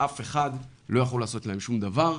ואף אחד לא יכול לעשות להם שום דבר.